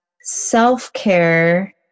self-care